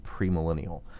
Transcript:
premillennial